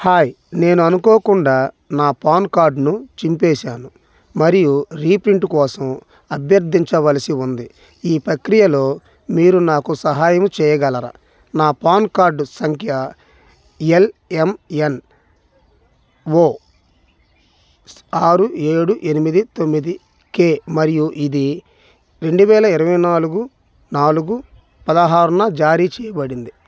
hi నేను అనుకోకుండా నా పాన్కార్డ్ను చింపేసాను మరియు రీప్రింట్ కోసం అభ్యర్థించవలసి ఉంది ఈ ప్రక్రియలో మీరు నాకు సహాయము చేయగలరా నా పాన్ కార్డు సంఖ్య ఎల్ఎంఎన్ ఓ ఆరు ఏడు ఎనిమిది తొమ్మిదికె మరియు ఇది రెండు వేల ఇరవై నాలుగు నాలుగు పదహారున జారీ చేయబడింది